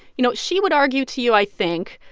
you know, she would argue to you, i think,